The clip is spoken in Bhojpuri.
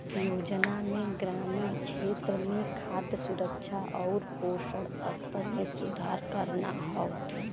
योजना में ग्रामीण क्षेत्र में खाद्य सुरक्षा आउर पोषण स्तर में सुधार करना हौ